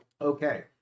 Okay